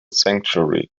sanctuary